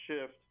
shift